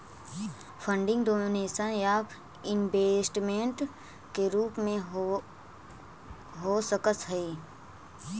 funding donation या investment के रूप में हो सकऽ हई